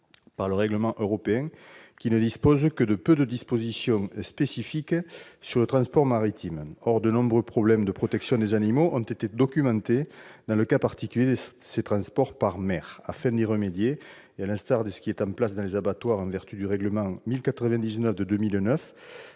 par le règlement européen, qui ne comporte que peu de dispositions spécifiques au transport maritime. Or de nombreux problèmes de protection des animaux ont été documentés dans le cas particulier de ces transports par mer. Afin d'y remédier, et à l'instar de ce qui est en place dans les abattoirs en vertu du règlement n° 1099/2009,